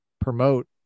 promote